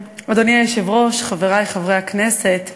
אדוני היושב-ראש, חברי חברי הכנסת,